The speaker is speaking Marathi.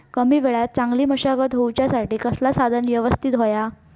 कमी वेळात चांगली मशागत होऊच्यासाठी कसला साधन यवस्तित होया?